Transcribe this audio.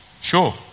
Sure